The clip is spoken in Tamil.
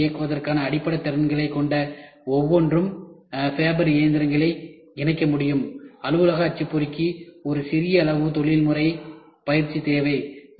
கணினியை இயக்குவதற்கான அடிப்படை திறன்களைக் கொண்ட ஒவ்வொருவரும் ஃபேபர் இயந்திரங்களை இயக்க முடியும் அலுவலக அச்சுப்பொறிக்கு ஒரு சிறிய அளவு தொழில்முறை பயிற்சி தேவை